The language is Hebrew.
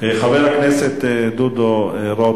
חברת הכנסת אדטו,